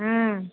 ह्म्म